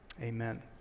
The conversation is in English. amen